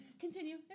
Continue